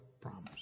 promise